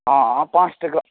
हँ पाँच टका